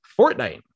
Fortnite